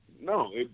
No